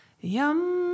Yum